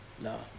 no